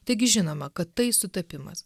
taigi žinoma kad tai sutapimas